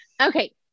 okay